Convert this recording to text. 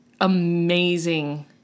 amazing